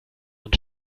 man